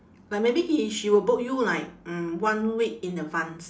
like maybe he she will book you like mm one week in advance